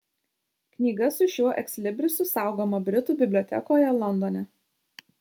knyga su šiuo ekslibrisu saugoma britų bibliotekoje londone